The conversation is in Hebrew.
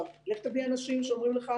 לך תביא אנשים שאומרים לך: